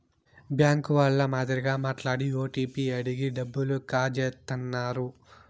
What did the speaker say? bank వాళ్ళ మాదిరి మాట్లాడి ఓటీపీ అడిగి డబ్బులు కాజేత్తన్నారు